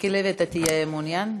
מיקי לוי, תהיה מעוניין?